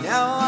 Now